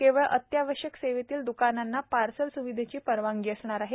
केवळ अत्यावश्यक सेवेतील द्कानांना पार्सल स्विधेचीच परवाणगी असणार आहे